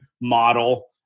model